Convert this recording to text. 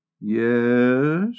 Yes